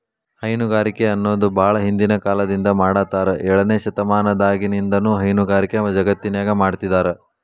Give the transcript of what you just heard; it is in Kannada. ಹೈನುಗಾರಿಕೆ ಅನ್ನೋದು ಬಾಳ ಹಿಂದಿನ ಕಾಲದಿಂದ ಮಾಡಾತ್ತಾರ ಏಳನೇ ಶತಮಾನದಾಗಿನಿಂದನೂ ಹೈನುಗಾರಿಕೆ ಜಗತ್ತಿನ್ಯಾಗ ಮಾಡ್ತಿದಾರ